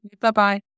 bye-bye